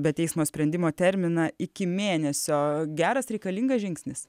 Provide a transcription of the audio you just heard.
be teismo sprendimo terminą iki mėnesio geras reikalingas žingsnis